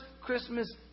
Christmas